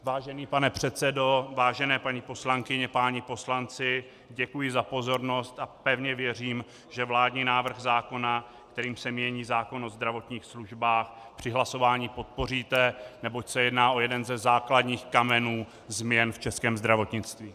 Vážený pane předsedo, vážené paní poslankyně, páni poslanci, děkuji za pozornost a pevně věřím, že vládní návrh zákona, kterým se mění zákon o zdravotních službách, při hlasování podpoříte, neboť se jedná o jeden ze základních kamenů změn v českém zdravotnictví.